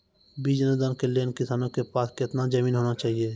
बीज अनुदान के लेल किसानों के पास केतना जमीन होना चहियों?